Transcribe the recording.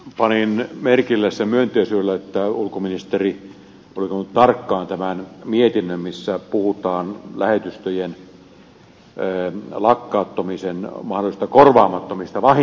panin merkille myönteisyydellä että ulkoministeri oli lukenut tarkkaan tämän mietinnön jossa puhutaan lähetystöjen lakkauttamisen mahdollisista korvaamattomista vahingoista